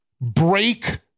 break